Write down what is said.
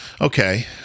Okay